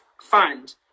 fund